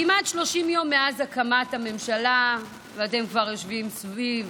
כמעט 30 יום מאז הקמת הממשלה ואתם כבר יושבים סביב